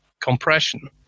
compression